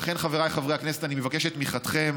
לכן, חבריי חברי הכנסת, אני מבקש את תמיכתכם.